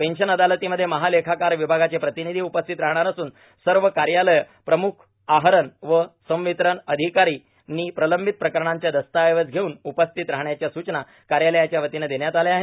पशन अदालतमध्ये महालेखाकार र्वभागाचे प्रांतांनधी उपस्थित राहणार असून सव कायालय प्रमुख आहरण व संवितरण र्आधकाऱ्यांनी प्रर्लांबत प्रकरणांचे दस्तावेज घेऊन उपस्थित राहण्याच्या सूचना कायालयाच्या वतीने देण्यात आल्या आहे